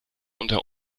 unter